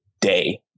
day